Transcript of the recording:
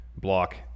block